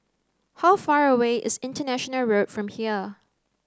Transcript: how far away is International Road from here